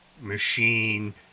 machine